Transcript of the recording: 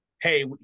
hey